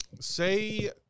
Say